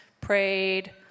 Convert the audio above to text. prayed